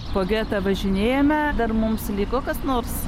po getą važinėjame dar mums liko kas nors